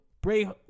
Bray